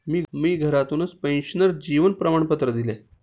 मी घरातूनच पेन्शनर जीवन प्रमाणपत्र दिले